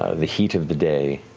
ah the heat of the day,